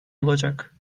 olacak